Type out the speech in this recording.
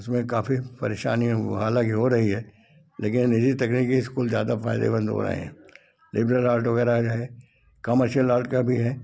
उसमें काफी परेशानी हालांकि हो रही है लेकिन यही तकनीकी स्कूल ज्यादा फायदेमंद हो रहे हैं लिबरल आर्ट वगैरह जो है कमर्शियल आर्ट का भी है